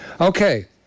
Okay